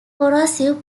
corrosive